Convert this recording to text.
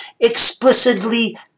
explicitly